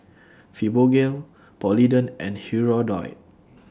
Fibogel Polident and Hirudoid